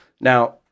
Now